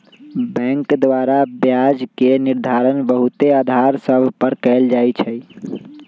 bank द्वारा ब्याज के निर्धारण बहुते अधार सभ पर कएल जाइ छइ